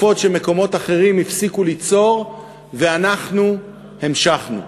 בתקופות שבהן מקומות אחרים הפסיקו ליצור ואנחנו המשכנו.